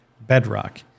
Bedrock